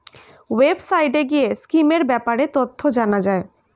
ওয়েবসাইটে গিয়ে স্কিমের ব্যাপারে তথ্য জানা যায়